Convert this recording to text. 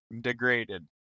degraded